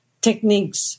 techniques